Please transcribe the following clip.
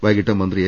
വൈകീട്ട് മന്ത്രി എ